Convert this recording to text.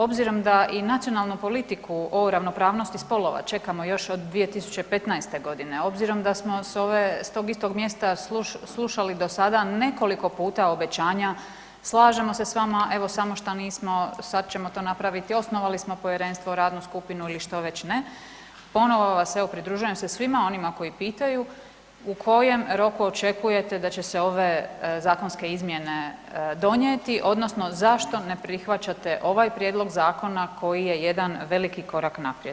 Obzirom da i nacionalnu politiku o ravnopravnosti spolova čekamo još od 2015.g., obzirom da smo s tog istog mjesta slušali do sada nekoliko puta obećanja „slažemo se s vama“, „evo samo šta nismo“, „sad ćemo to napraviti“, „osnovali smo povjerenstvo, radnu skupinu“ ili što već ne, ponovo vas, evo pridružujem se svima onima koji pitaju u kojem roku očekujete da će se ove zakonske izmjene donijeti odnosno zašto ne prihvaćate ovaj prijedlog zakona koji je jedan veliki korak naprijed?